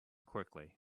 quickly